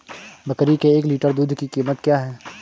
बकरी के एक लीटर दूध की कीमत क्या है?